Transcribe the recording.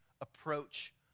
approach